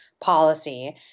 policy